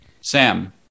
Sam